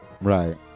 Right